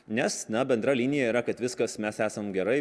nes na bendra linija yra kad viskas mes esam gerai